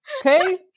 Okay